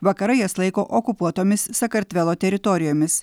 vakarai jas laiko okupuotomis sakartvelo teritorijomis